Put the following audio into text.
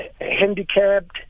handicapped